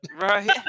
Right